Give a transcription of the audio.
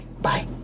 Bye